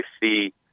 see